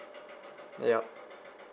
yup